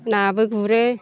नाबो गुरो